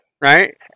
Right